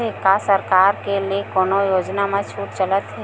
का सरकार के ले कोनो योजना म छुट चलत हे?